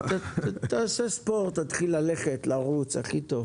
תעשה ספורט, תתחיל ללכת, לרוץ, הכי טוב.